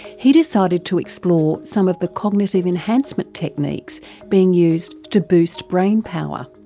he decided to explore some of the cognitive enhancement techniques being used to boost brain power.